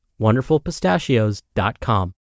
wonderfulpistachios.com